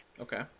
Okay